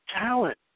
talent